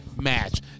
match